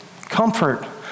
Comfort